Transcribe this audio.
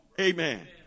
Amen